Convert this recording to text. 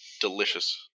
delicious